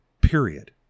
period